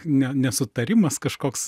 ne nesutarimas kažkoks